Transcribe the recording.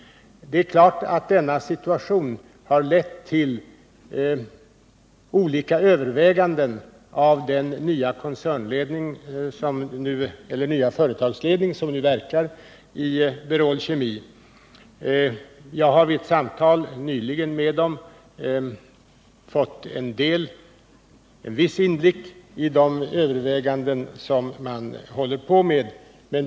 Det är klart att denna situation föranlett olika överväganden av den nya företagsledningen för Berol Kemi. Jag har vid samtal nyligen med företagsledningen fått en viss inblick när det gäller dessa överväganden.